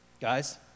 guys